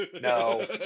no